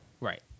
Right